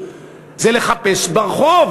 זה לחפש ברחוב,